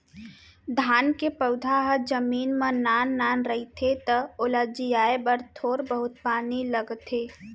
धान के पउधा ह जमीन म नान नान रहिथे त ओला जियाए बर थोर बहुत पानी लगथे